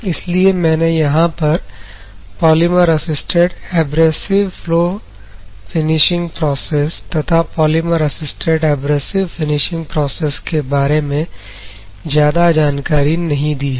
इसलिए मैंने यहां पर polymer assisted abrasive flow finishing process तथा polymer assisted abrasive finishing process के बारे में ज्यादा जानकारी नहीं दी है